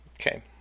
Okay